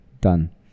done